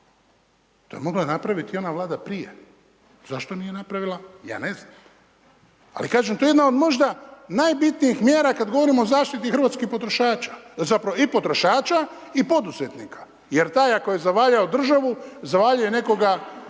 to je mogla napraviti i ona Vlada prije, zašto nije napravila, ja ne znam, ali kažem, to je jedna od možda najbitnijih mjera kad govorimo o zaštiti hrvatskih potrošača, zapravo i potrošača i poduzetnika jer taj ako je zavarao državu, zavarao je nekoga